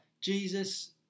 Jesus